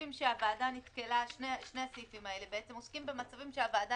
שני הסעיפים האלה עוסקים במצבים שהוועדה